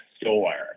store